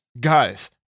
Guys